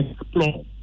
explore